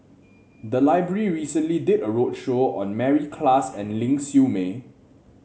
the library recently did a roadshow on Mary Klass and Ling Siew May